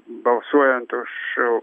balsuojant už